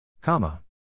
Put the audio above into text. Comma